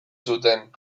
zuten